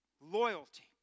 loyalty